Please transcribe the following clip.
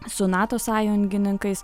su nato sąjungininkais